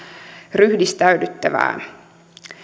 ryhdistäydyttävää